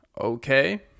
okay